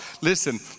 listen